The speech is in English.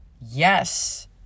yes